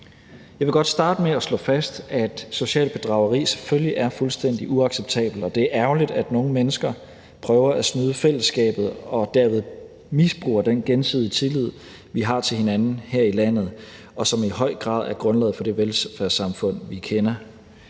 Jeg vil godt starte med at slå fast, at socialt bedrageri selvfølgelig er fuldstændig uacceptabelt, og det er ærgerligt, at nogle mennesker prøver at snyde fællesskabet og derved misbruger den gensidige tillid, vi har til hinanden her i landet, og som i høj grad er grundlaget for det velfærdssamfund, vi kender.